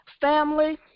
Family